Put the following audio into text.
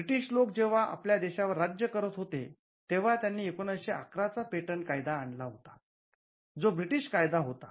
British लोक जेव्हा आपल्या देशावर राज्य करत होते तेव्हा त्यांनी १९११ चा पेटंट कायदा आणला होता जो ब्रिटिश कायदा होता